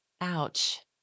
Ouch